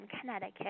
Connecticut